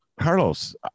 Carlos